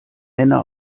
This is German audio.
männer